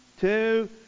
two